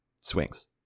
swings